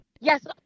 Yes